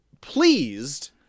pleased